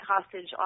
hostage